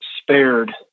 spared